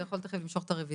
אתה יכול למשוך את הרביזיה.